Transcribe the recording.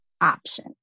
option